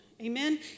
amen